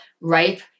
rape